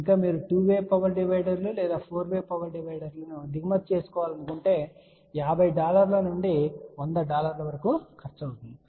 ఇంకా మీరు ఈ 2 వే పవర్ డివైడర్లు లేదా 4 వే పవర్ డివైడర్లను దిగుమతి చేసుకోవాలనుకుంటే 50 డాలర్ల నుండి 100 డాలర్ల వరకూ ఖర్చు అవుతుంది